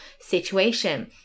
situation